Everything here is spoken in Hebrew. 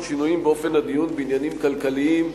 שינויים באופן הדיון בעניינים כלכליים,